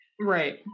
Right